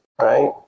right